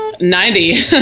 Ninety